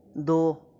दो